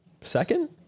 second